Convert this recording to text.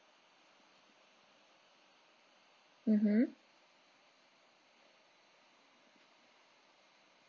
mmhmm